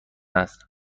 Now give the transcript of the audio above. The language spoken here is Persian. است